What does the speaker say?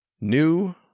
new